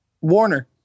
Warner